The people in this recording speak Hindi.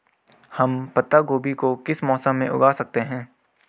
हम पत्ता गोभी को किस मौसम में उगा सकते हैं?